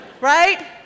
Right